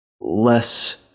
less